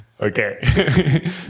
Okay